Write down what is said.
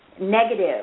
negative